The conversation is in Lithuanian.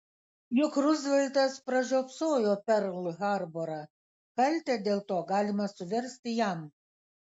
juk ruzveltas pražiopsojo perl harborą kaltę dėl to galima suversti jam